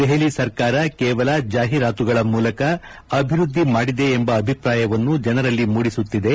ದೆಹಲಿ ಸರ್ಕಾರ ಕೇವಲ ಜಾಹೀರಾತುಗಳ ಮೂಲಕ ಅಭಿವೃದ್ದಿ ಮಾಡಿವೆ ಎಂಬ ಅಭಿಪ್ರಾಯವನ್ನು ಜನರಲ್ಲಿ ಮೂಡಿಸುತ್ತಿವೆ